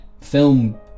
film